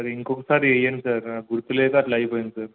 sir ఇంకొకసారి వెయ్యండి sir నాకు గుర్తులేదు అట్ల అపోయింది సార్